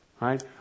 right